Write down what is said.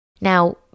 Now